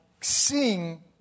seeing